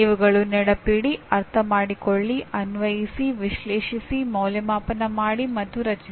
ಇವುಗಳು ನೆನಪಿಡಿ ಅರ್ಥಮಾಡಿಕೊಳ್ಳಿ ಅನ್ವಯಿಸಿ ವಿಶ್ಲೇಷಿಸಿ ಮೌಲ್ಯಅಂಕಣ ಮಾಡಿ ಮತ್ತು ರಚಿಸಿ